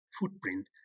footprint